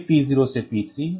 फिर P0 से P3